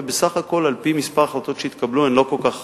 ובסך הכול על-פי מספר החלטות שהתקבלו הן לא כל כך רבות.